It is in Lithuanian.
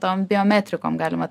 tom biometrikom galima